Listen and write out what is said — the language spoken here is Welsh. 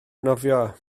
nofio